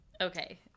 Okay